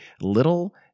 little